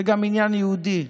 זה גם עניין יהודי.